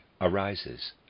arises